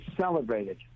celebrated